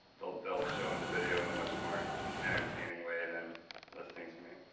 they'll they'll show in the video in a much more entertaining way than listening to me.